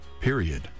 period